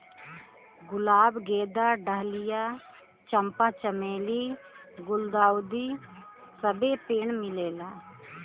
गुलाब गेंदा डहलिया चंपा चमेली गुल्दाउदी सबे पेड़ मिलेला